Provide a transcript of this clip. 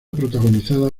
protagonizada